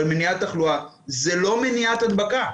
זה לא מניעת הדבקה.